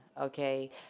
okay